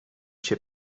się